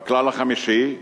והכלל החמישי: